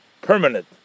permanent